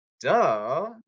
Duh